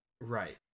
Right